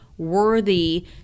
worthy